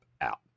out